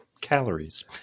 Calories